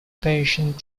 patient